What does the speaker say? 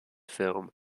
film